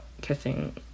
kissing